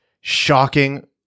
shocking